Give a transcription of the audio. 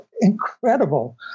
incredible